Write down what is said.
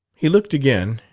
he looked again,